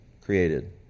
created